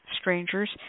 strangers